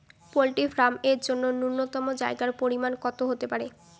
Poultry farm এর জন্য নূন্যতম জায়গার পরিমাপ কত হতে পারে?